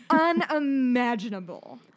unimaginable